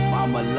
Mama